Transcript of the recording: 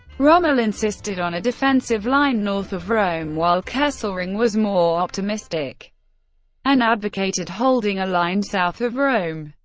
rommel insisted on a defensive line north of rome, while kesselring was more optimistic and advocated holding a line south of rome.